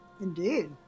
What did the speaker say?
Indeed